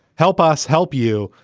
help us. help you.